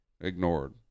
ignored